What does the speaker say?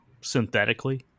synthetically